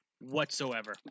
whatsoever